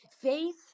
faith